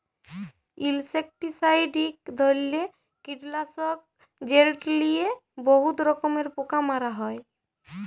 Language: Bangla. ইলসেকটিসাইড ইক ধরলের কিটলাসক যেট লিয়ে বহুত রকমের পোকা মারা হ্যয়